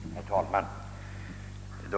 Herr talman!